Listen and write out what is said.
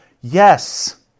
Yes